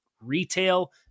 retail